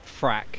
frack